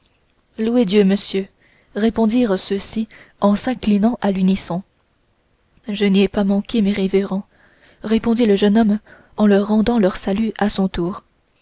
louez dieu monsieur répondirent ceux-ci en s'inclinant à l'unisson je n'y ai pas manqué mes révérends répondit le jeune homme en leur rendant leur salut à son tour